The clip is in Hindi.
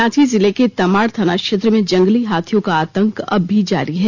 रांची जिले के तमाड़ थाना क्षेत्र में जंगली हाथियों का आतंक अब भी जारी है